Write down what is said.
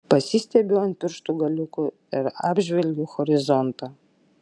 pasistiebiu ant pirštų galiukų ir apžvelgiu horizontą